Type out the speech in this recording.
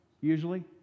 usually